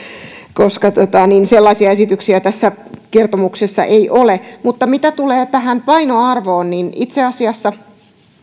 koska sellaisia esityksiä tässä kertomuksessa ei ole mitä tulee tähän painoarvoon niin itse asiassa